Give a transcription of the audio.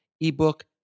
ebook